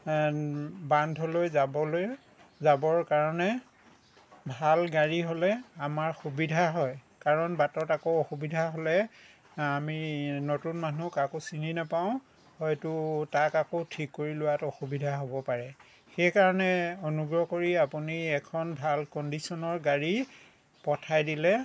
বান্ধলৈ যাবলৈ যাবৰ কাৰণে ভাল গাড়ী হ'লে আমাৰ সুবিধা হয় কাৰণ বাটত আকৌ অসুবিধা হ'লে আমি নতুন মানুহ কাকো চিনি নাপাওঁ হয়তো তাক আকৌ ঠিক কৰি লোৱাত অসুবিধা হ'ব পাৰে সেইকাৰণে অনুগ্ৰহ কৰি আপুনি এখন ভাল কণ্ডিচনৰ গাড়ী পঠাই দিলে